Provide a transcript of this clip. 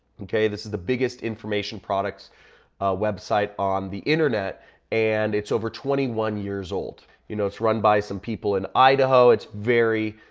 okay, this is the biggest information products website on the internet and it's over twenty one years old. you know it's run by some people in idaho, it's very,